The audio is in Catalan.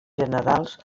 generals